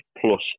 Plus